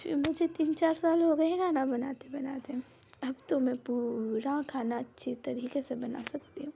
मुझे मुझे तीन चार साल हो गए हैं खाना बनाते बनाते अब तो मैं पूरा खाना अच्छी तरीके से बना सकती हूँ